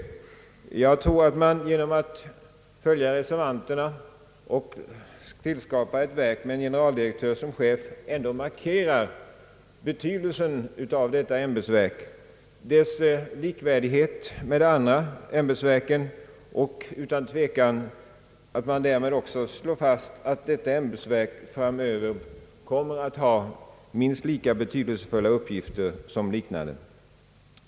Jag tror att man genom att följa reservanterna och tillskapa ett verk med en generaldirektör som chef ändå markerar betydelsen av ämbetsverket, dess likvärdighet med andra ämbetsverk. Därmed slår man utan tvekan fast att ämbetsverket framöver kommer att ha minst lika betydelsefulla uppgifter som andra liknande verk.